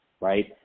Right